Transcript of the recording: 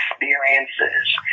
experiences